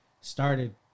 started